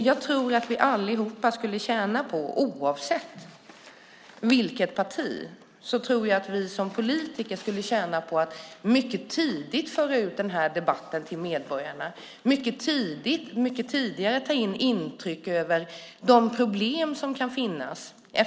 Jag tror att vi alla som politiker, oavsett parti, skulle tjäna på att mycket tidigt föra ut den här debatten till medborgarna, mycket tidigare ta in intryck av de problem som kan finnas.